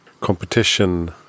competition